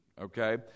Okay